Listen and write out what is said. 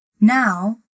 now